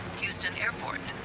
houston airport.